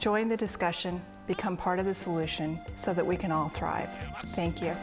join the discussion become part of the solution so that we can all try thank you